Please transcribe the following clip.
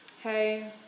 Hey